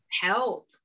help